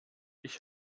ich